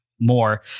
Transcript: more